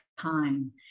time